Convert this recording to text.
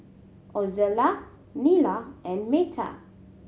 Ozella Nila and Meta